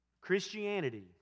Christianity